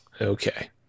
Okay